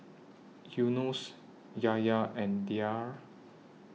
Yunos Yahya and Dhia